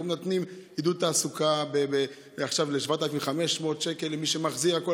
אנחנו נותנים עידוד תעסוקה עכשיו ב-7,500 שקל למי שמחזיר הכול,